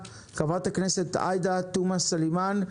חברת הכנסת עאידה תומא סלימאן,